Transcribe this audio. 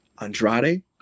Andrade